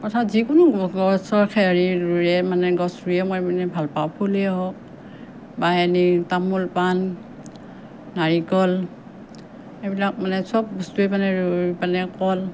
অৰ্থাৎ যিকোনো গছ ৰুলে মানে গছ ৰুইয়ে মই ভাল পাওঁ ফুলেই হওক বা এনেই তামোল পান নাৰিকল এইবিলাক মানে চব বস্তুৱে মানে ৰুই ৰুই পেনে কল